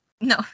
No